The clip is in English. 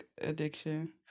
addiction